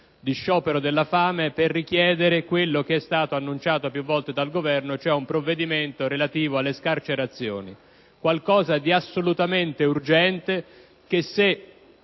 di sciopero della fame per richiedere quello che è stato annunciato più volte dal Governo, cioè un provvedimento relativo alle scarcerazioni: qualcosa di assolutamente urgente che, se